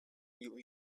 new